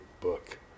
book